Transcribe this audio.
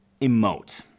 emote